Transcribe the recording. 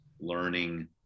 learning